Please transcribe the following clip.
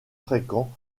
fréquents